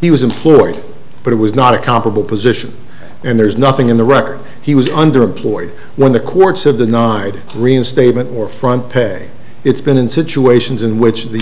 he was employed but it was not a comparable position and there is nothing in the record he was under employed when the courts have denied reinstatement or front pay it's been in situations in which the